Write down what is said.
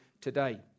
today